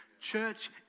Church